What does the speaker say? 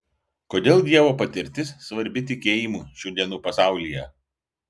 kodėl dievo patirtis svarbi tikėjimui šių dienų pasaulyje